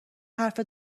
حرف